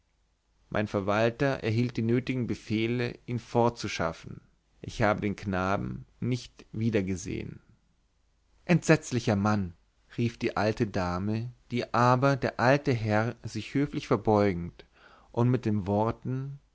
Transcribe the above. mein verwalter erhielt die nötigen befehle ihn fortzuschaffen ich habe den knaben nicht wiedergesehen entsetzlicher mann rief die alte dame die aber der alte herr sich höflich verbeugend und mit den worten